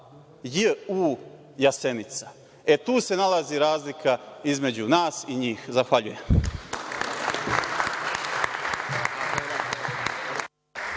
JU „Jasenica“. E, tu se nalazi razlika između nas i njih. Zahvaljujem.